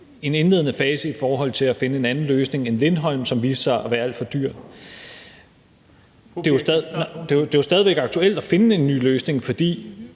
den der mediehistorie – for at finde en anden løsning end Lindholm, som viste sig at være alt for dyr. Og det er jo stadig væk aktuelt at finde en ny løsning, fordi